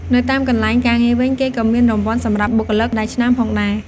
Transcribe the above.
នៅតាមកន្លែងការងារវិញ គេក៏មានរង្វាន់សម្រាប់បុគ្គលិកដែលឆ្នើមផងដែរ។